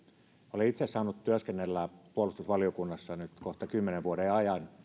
olen itse saanut työskennellä puolustusvaliokunnassa nyt kohta kymmenen vuoden ajan